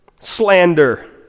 slander